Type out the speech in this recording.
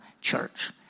church